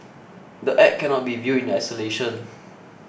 the Act cannot be viewed in isolation